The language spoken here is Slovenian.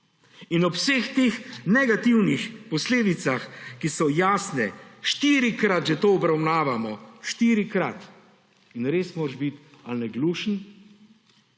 In ob vseh teh negativnih posledicah, ki so jasne, štirikrat že to obravnavamo – štirikrat! – in res moraš biti ali naglušen,